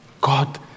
God